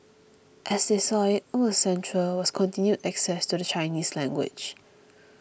as they saw it what was central was continued access to the Chinese language